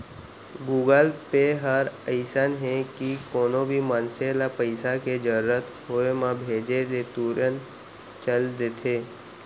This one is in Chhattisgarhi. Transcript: गुगल पे हर अइसन हे कि कोनो भी मनसे ल पइसा के जरूरत होय म भेजे ले तुरते चल देथे